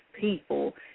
people